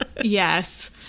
Yes